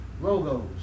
logos